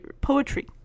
Poetry